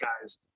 guys